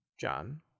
John